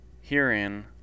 Herein